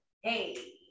Hey